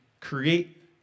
create